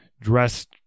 dressed